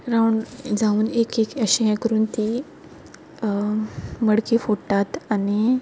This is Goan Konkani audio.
रावंड जावन एक एक अशी हें करून ती मडकी फोडटात आनी